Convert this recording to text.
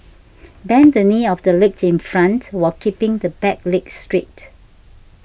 bend the knee of the leg in front while keeping the back leg straight